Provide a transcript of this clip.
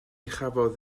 chafodd